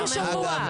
רק השבוע.